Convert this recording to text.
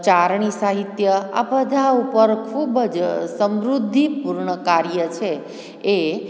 ચારણી સાહિત્ય આ બધા ઉપર ખૂબ જ સમૃદ્ધિ પૂર્ણ કાર્ય છે એ